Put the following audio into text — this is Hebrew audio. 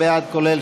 כי התנגדת רק להצעה